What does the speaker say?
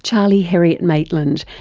charlie heriot-maitland,